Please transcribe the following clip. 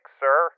sir